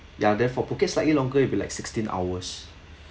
ya then for phuket slightly longer it'll be like sixteen hours